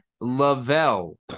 lavelle